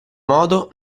modo